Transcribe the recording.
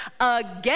again